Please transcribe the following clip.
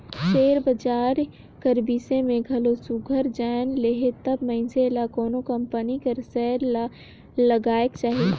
share बजार कर बिसे में घलो सुग्घर जाएन लेहे तब मइनसे ल कोनो कंपनी कर सेयर ल लगाएक चाही